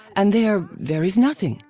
and there, there is nothing.